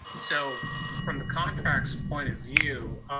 so from the contract's point of view,